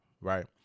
Right